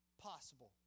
possible